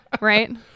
Right